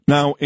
Now